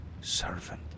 servant